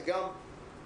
זה גם ל-2020,